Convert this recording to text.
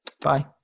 Bye